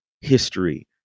history